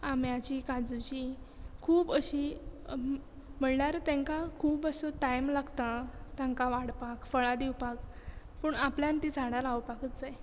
आंब्याची काजूची खूब अशी म्हणल्यार तांकां खूब असो टायम लागता तांकां वाडपाक फळां दिवपाक पूण आपल्यान ती झाडां लावपाकूच जाय